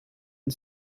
and